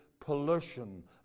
pollution